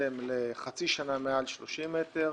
לחצי שנה מעל 30 מטר,